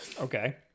Okay